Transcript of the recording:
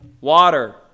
water